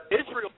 Israel